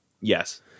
Yes